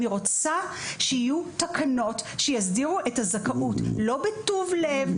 אני רוצה שיהיו תקנות שיסדירו את הזכאות לא בטוב לב,